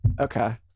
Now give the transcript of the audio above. okay